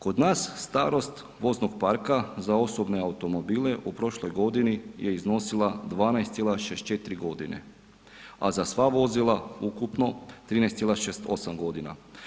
Kod nas starost voznog parka za osobne automobile u prošloj godini je iznosila 12,64 godine a za sva vozila ukupno 13,68 godina.